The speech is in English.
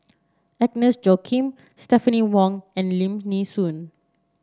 Agnes Joaquim Stephanie Wong and Lim Nee Soon